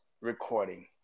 recording